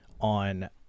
on